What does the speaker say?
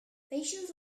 patients